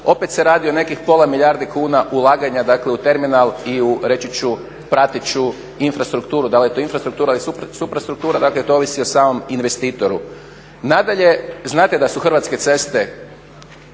opet se radi o nekih pola milijardi kuna ulaganja, dakle u terminal i u reći ću prateću infrastrukturu. Da li je to infrastruktura ili suprastruktura, dakle to ovisi o samom investitoru. Nadalje, znate da su Hrvatske ceste